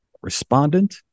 respondent